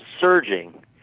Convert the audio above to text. surging